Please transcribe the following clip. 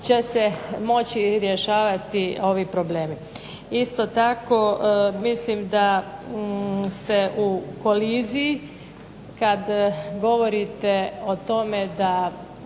će se moći rješavati ovi problemi. Isto tako mislim da ste u koliziji kad govorite o tome da